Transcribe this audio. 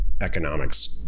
economics